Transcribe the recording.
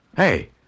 Hey